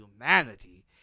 humanity